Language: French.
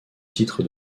titre